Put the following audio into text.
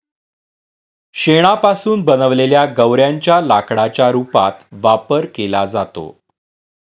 शेणापासून बनवलेल्या गौर्यांच्या लाकडाच्या रूपात वापर केला जातो